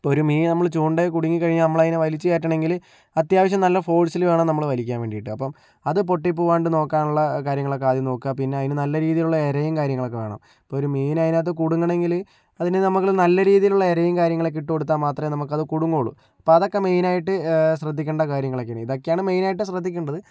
ഇപ്പോൾ ഒരു മീൻ നമ്മൾ ചൂണ്ടയിൽക്കുടുങ്ങി കഴിഞ്ഞാൽ നമ്മള് അതിനെ വലിച്ച് കയറ്റണമെങ്കില് അത്യാവശ്യം നല്ല ഫോഴ്സിൽ വേണം നമ്മള് വലിക്കാൻ വേണ്ടിയിട്ട് അപ്പോൾ അത് പൊട്ടി പോവാണ്ട് നോക്കാനുള്ള കാര്യങ്ങളൊക്കെ ആദ്യം നോക്കുക പിന്നെ അതിന് നല്ല രീതിയിലുള്ള ഇരയും കാര്യങ്ങളൊക്കെ വേണം ഇപ്പോൾ ഒരു മീന് അതിനകത്ത് കുടുങ്ങണമെങ്കില് അതിന് നമ്മള് നല്ല രീതിയിലുള്ള ഇരയും കാര്യങ്ങളൊക്കെ ഇട്ടുകൊടുത്താൽ മാത്രമേ നമുക്കത് കുടുങ്ങുകയുള്ളൂ അപ്പോൾ അതൊക്കെ മെയിൻ ആയിട്ട് ശ്രദ്ധിക്കേണ്ട കാര്യങ്ങളൊക്കെയാണ് ഇതൊക്കെയാണ് മെയിൻ ആയിട്ട് ശ്രദ്ധിക്കേണ്ടത്